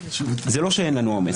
זה לא שאין לנו עומס.